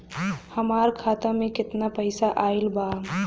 हमार खाता मे केतना पईसा आइल बा?